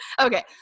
Okay